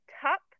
top